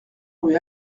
rue